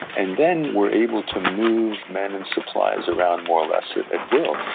and then were able to move men and supplies around more or less at at will.